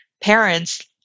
parents